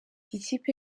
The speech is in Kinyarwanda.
ikipe